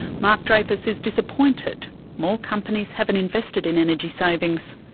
mark dreyfus is disappointed more companies haven't invested in energy savings.